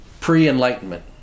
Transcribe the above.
pre-enlightenment